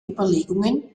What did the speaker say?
überlegungen